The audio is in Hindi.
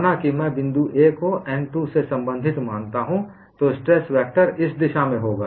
माना कि मैं बिंदु A को सतह n 2 से संबंधित मानता हूं तो स्ट्रेस वेक्टर इस दिशा में होगा